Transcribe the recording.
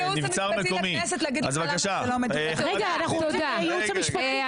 בוא ניתן קודם כל לייעוץ המשפטי לכנסת להגיד לך למה זה לא מדויק.